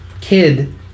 kid